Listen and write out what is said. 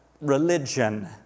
religion